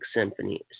symphony